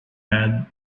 had